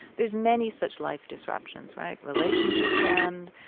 there's many such life disruptions, right? relationships end.